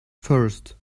first